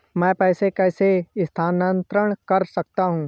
मैं पैसे कैसे स्थानांतरण कर सकता हूँ?